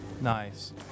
Nice